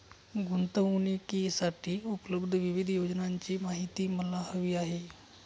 गुंतवणूकीसाठी उपलब्ध विविध योजनांची माहिती मला हवी आहे